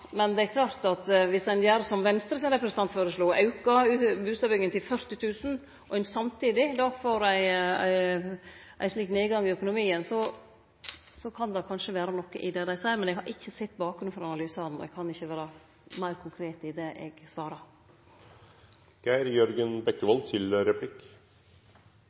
Men det er klart at viss ein gjer som Venstre sin representant føreslo, å auke bustadbygginga til 40 000, og ein samtidig får ein slik nedgang i økonomien, kan det kanskje vere noko i det dei seier. Men eg har ikkje sett bakgrunnen for desse analysane, så eg kan ikkje vere meir konkret i det eg svarar. For Kristelig Folkeparti er det viktig å få til